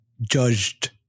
judged